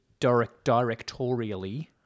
directorially